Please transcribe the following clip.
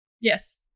Yes